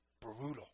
brutal